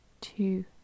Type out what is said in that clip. two